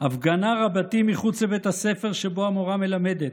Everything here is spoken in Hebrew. הפגנה רבתי מחוץ לבית הספר שבו המורה מלמדת.